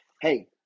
Hey